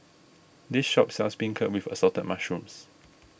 this shop sells Beancurd with Assorted Mushrooms